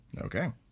Okay